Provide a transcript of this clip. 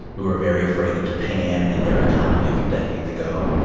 we were very afraid of japan and their economy a few decades ago.